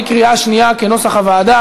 כנוסח הוועדה,